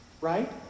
right